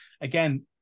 again